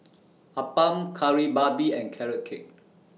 Appam Kari Babi and Carrot Cake